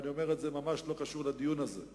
ואני אומר את זה ממש בלי קשר לדיון הזה.